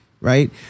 right